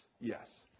Yes